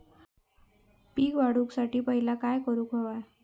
पीक वाढवुसाठी पहिला काय करूक हव्या?